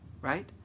right